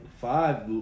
Five